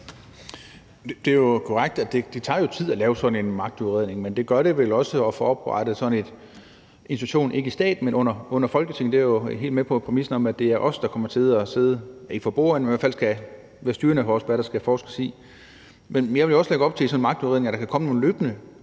Det er jo korrekt, at det tager tid at lave sådan en magtudredning, men det gør det vel også at få oprettet sådan en institution ikke i staten, men under Folketinget. Jeg er jo helt med på præmissen om, at det er os, der kommer til ikke at sidde for bordenden, men så i hvert fald kommer til at være styrende, i forhold til hvad der skal forskes i. Men jeg vil jo også lægge op til, at der i sådan en magtudredning løbende kan komme nogle